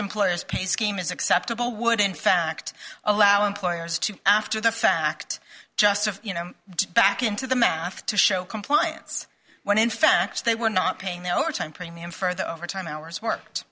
employers pay scheme is acceptable would in fact allow employers to after the fact just of you know back into the math to show compliance when in fact they were not paying the overtime premium for the overtime hours worked